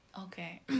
Okay